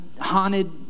haunted